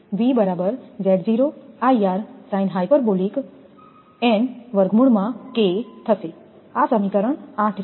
આ સમીકરણ 8 છે